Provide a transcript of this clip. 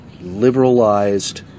liberalized